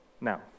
now